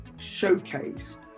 showcase